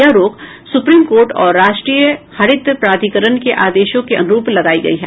यह रोक supreme court और राष्ट्रीय हरित प्राधिकरण के आदेशों के अनुरूप लगायी गयी है